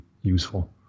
useful